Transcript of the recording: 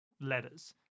letters